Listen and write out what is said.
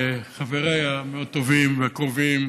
חבריי המאוד-טובים והקרובים